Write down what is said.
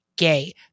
gay